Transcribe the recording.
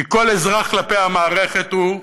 כי כל אזרח כלפי המערכת הוא הוצאה,